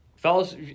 Fellas